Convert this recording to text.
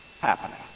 happening